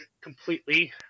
completely